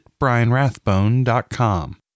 brianrathbone.com